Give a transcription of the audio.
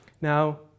now